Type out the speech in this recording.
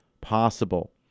possible